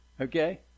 okay